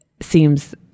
seems